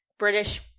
British